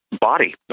Body